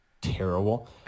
Terrible